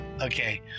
okay